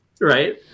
right